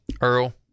Earl